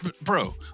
bro